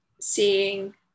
seeing